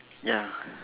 ya